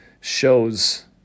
shows